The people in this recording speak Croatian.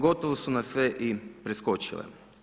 Gotovo su nas sve i preskočile.